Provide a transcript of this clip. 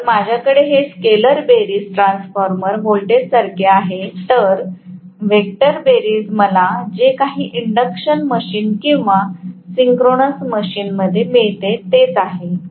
तर माझ्याकडे हे स्केलर बेरीज ट्रान्सफॉर्मर व्होल्टेजसारखेच आहे तर व्हेक्टर बेरीज मला जे काही इंडक्शन मशीन किंवा सिंक्रोनस मशीनमध्ये मिळते तेच आहे